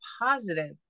positive